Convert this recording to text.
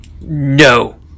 no